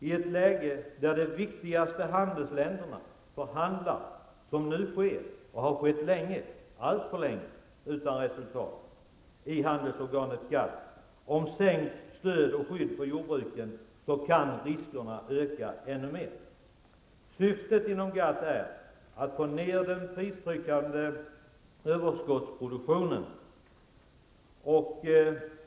I ett läge där de viktigaste handelsländerna förhandlar, såsom nu sker och alltför länge skett utan resultat inom GATT, om en sänkning av skyddet för jordbruket kan riskerna komma att öka ännu mer. Syftet med GATT-förhandlingarna är att få ned den pristryckande överskottsproduktionen.